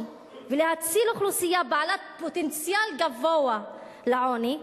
ולהציל אוכלוסייה בעלת פוטנציאל גבוה לעוני,